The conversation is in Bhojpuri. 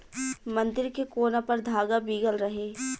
मंदिर के कोना पर धागा बीगल रहे